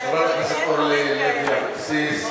חברת הכנסת אורלי לוי אבקסיס,